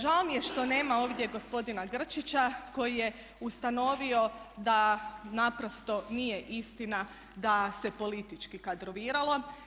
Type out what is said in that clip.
Žao mi je što nema ovdje gospodina Grčića koji je ustanovio da naprosto nije istina da se politički kadroviralo.